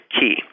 key